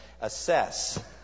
Assess